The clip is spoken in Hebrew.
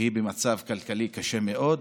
והיא במצב כלכלי קשה מאוד.